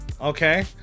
okay